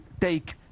take